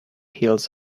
heels